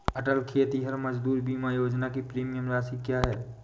अटल खेतिहर मजदूर बीमा योजना की प्रीमियम राशि क्या है?